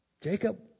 Jacob